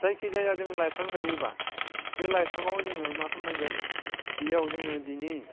जायखिजाया जों लाइफां गायोबा बे लाइफाङाव जोङो मा खालामनांगोन बेयाव जोङो बिनि